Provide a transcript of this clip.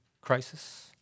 crisis